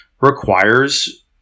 requires